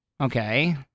Okay